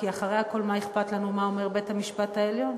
כי אחרי הכול מה אכפת לנו מה אומר בית-המשפט העליון.